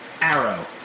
Arrow